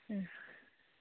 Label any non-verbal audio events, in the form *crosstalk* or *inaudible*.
*unintelligible*